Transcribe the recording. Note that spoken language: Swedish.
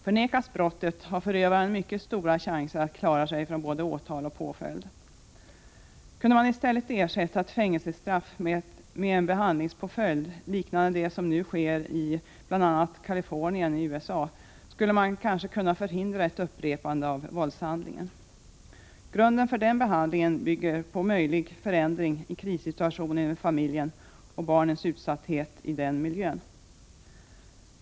Förnekas brottet har förövaren mycket stora chanser att klara sig från både åtal och påföljd. Kunde man i stället ersätta ett fängelsestraff med en behandlingspåföljd liknande det som nu sker i bl.a. Californien, USA, skulle man kanske kunna förhindra ett upprepande av våldshandlingen. Grunden för behandlingen bygger på möjlig förändring i krissituationen i familjen och barnens utsatthet i den miljön.